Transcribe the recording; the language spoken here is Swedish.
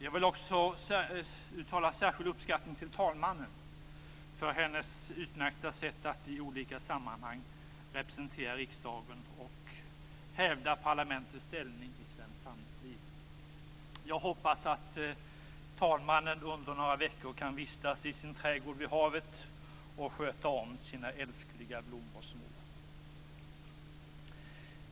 Jag vill också uttala särskild uppskattning till talmannen för hennes utmärkta sätt att i olika sammanhang representera riksdagen och hävda parlamentets ställning i svenskt samhällsliv. Jag hoppas att talmannen under några veckor kan vistas i sin trädgård vid havet och sköta om sina älskliga blommor små.